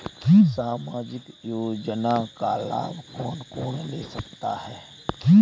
सामाजिक योजना का लाभ कौन कौन ले सकता है?